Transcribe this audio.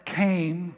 came